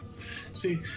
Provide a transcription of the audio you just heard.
See